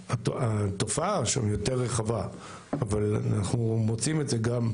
התופעה שם יותר רחבה אבל אנחנו מוצאים את זה גם,